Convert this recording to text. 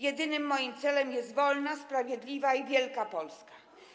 Jedynym moim celem jest wolna, sprawiedliwa i wielka Polska”